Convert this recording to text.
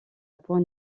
points